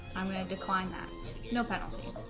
i'm going to decline that no penalty